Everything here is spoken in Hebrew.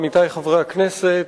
עמיתי חברי הכנסת,